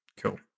Cool